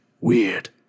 weird